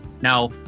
Now